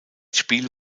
spiel